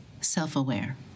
self-aware